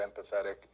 empathetic